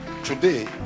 today